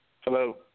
Hello